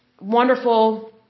wonderful